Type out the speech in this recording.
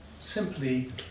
simply